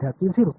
विद्यार्थी 0